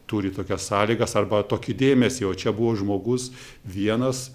turi tokias sąlygas arba tokį dėmesį o čia buvo žmogus vienas